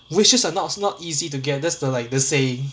wishes are not not easy to get that's the like the saying